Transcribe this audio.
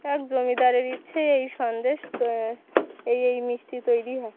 এক জমিদারের ইচ্ছে এই সন্দেশ তো এই এই মিষ্টি তৈরি হয়